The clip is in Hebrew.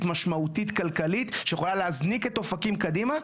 משמעותית כלכלית שיכולה להזניק את אופקים קדימה.